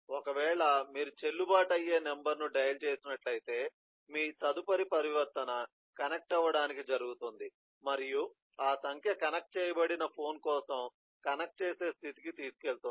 ఒకవేళ మీరు చెల్లుబాటు అయ్యే నంబర్ను డయల్ చేసినట్లయితే మీ తదుపరి పరివర్తన కనెక్ట్ అవ్వడానికి జరుగుతుంది మరియు ఆ సంఖ్య కనెక్ట్ చేయబడిన ఫోన్ కోసం కనెక్ట్ చేసే స్థితికి తీసుకెళుతుంది